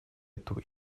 эту